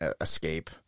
escape